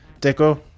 Deco